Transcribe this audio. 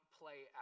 play